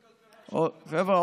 חבר'ה,